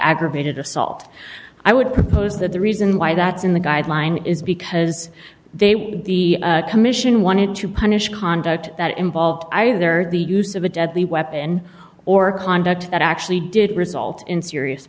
aggravated assault i would propose that the reason why that's in the guidelines is because they the commission wanted to punish conduct that involve either the use of a deadly weapon or conduct that actually did result in serious